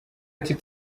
ati